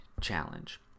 challenge